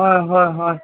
ꯍꯣꯏ ꯍꯣꯏ ꯍꯣꯏ